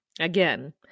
Again